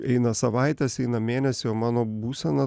eina savaitės eina mėnesiai o mano būsena